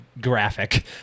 graphic